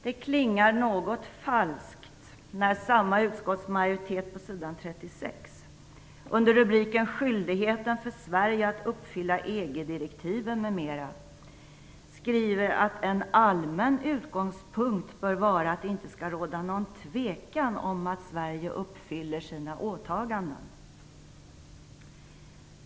Det klingar något falskt när samma utskottsmajoritet på sidan 36, under rubriken Skyldigheten för Sverige att uppfylla EG-direktiven m m., skriver att en allmän utgångspunkt bör vara att det inte skall råda någon tvekan om att Sverige uppfyller sina åtaganden.